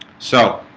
so